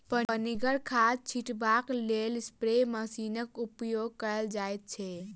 पनिगर खाद छीटबाक लेल स्प्रे मशीनक उपयोग कयल जाइत छै